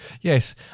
Yes